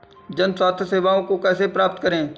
जन स्वास्थ्य सेवाओं को कैसे प्राप्त करें?